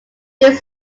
this